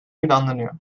planlanıyor